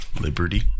liberty